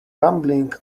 rambling